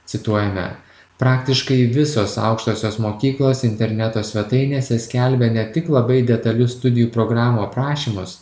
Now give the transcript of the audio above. cituojame praktiškai visos aukštosios mokyklos interneto svetainėse skelbia ne tik labai detalius studijų programų aprašymus